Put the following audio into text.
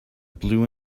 blue